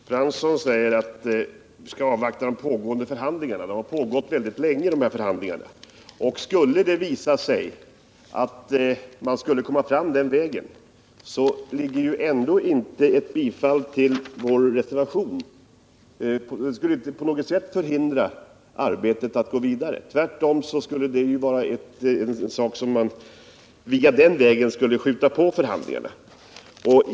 Herr talman! Arne Fransson säger att vi skall avvakta de pågående förhandlingarna. Dessa har förts under mycket lång tid. Om det visar sig att man på den vägen kommer fram till ett resultat, skulle det fortsatta arbetet dock inte på något sätt förhindras av ett bifall till vår reservation. Tvärtom skulle man via ett sådant beslut kunna främja dessa förhandlingar.